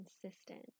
consistent